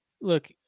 look